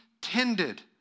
tended